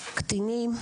קטינים,